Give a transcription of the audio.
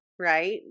right